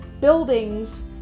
buildings